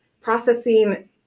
processing